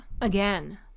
Again